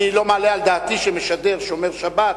אני לא מעלה על דעתי שמשדר שומר שבת,